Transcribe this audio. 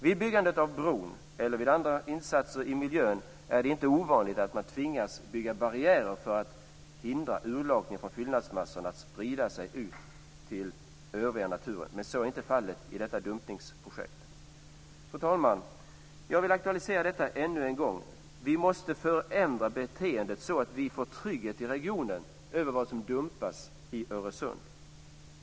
Vid byggandet av bron eller vid andra insatser i miljön är det inte ovanligt att man tvingas bygga barriärer för att hindra urlakningar från fyllnadsmassorna att sprida sig ut till övriga naturen. Men så är inte fallet i detta dumpningsprojekt. Fru talman! Jag vill aktualisera detta ännu en gång. Vi måste förändra beteendet så att vi får trygghet i regionen om vad som dumpas i Öresund.